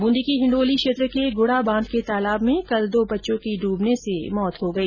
बूंदी के हिण्डोली क्षेत्र के गुढाबांध के तालाब मे कल दो बच्चों की डूबने से मौत हो गई